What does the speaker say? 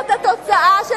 בונים בגילה.